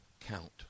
count